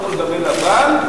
שחור על גבי לבן,